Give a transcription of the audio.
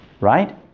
Right